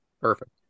Perfect